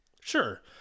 sure